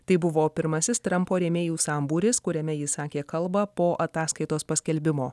tai buvo pirmasis trampo rėmėjų sambūris kuriame jis sakė kalbą po ataskaitos paskelbimo